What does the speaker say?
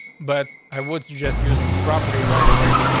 but i would suggest using the property right away,